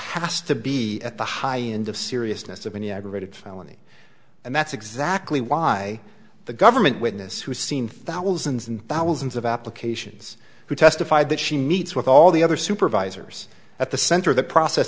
has to be at the high end of seriousness of any aggravated felony and that's exactly why the government witness who's seen thousands and thousands of applications who testified that she meets with all the other supervisors at the center of the process